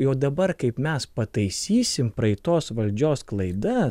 jau dabar kaip mes pataisysim praeitos valdžios klaidas